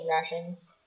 rations